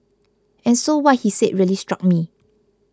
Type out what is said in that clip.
and so what he said really struck me